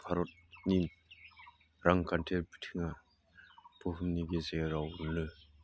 भारतनि रांखान्थियारि बिथिङा बुहुमनि गेजेरावनो